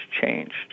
changed